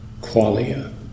qualia